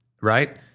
Right